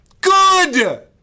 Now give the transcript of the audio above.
Good